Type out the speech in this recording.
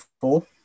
four